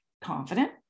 confident